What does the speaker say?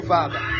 Father